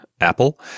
Apple